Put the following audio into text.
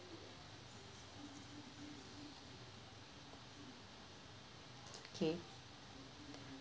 okay